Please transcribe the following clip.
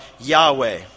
Yahweh